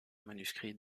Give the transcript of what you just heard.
manuscrit